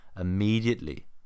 immediately